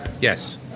Yes